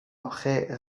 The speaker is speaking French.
après